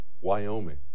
Wyoming